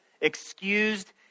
excused